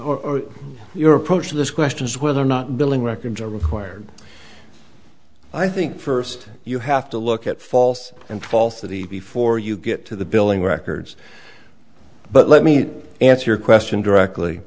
the or your approach to this question is whether or not billing records are required i think first you have to look at false and false of the before you get to the billing records but let me answer your question directly